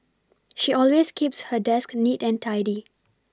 she always keeps her desk neat and tidy